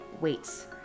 weights